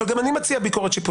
גם אני מציע ביקורת שיפוטית.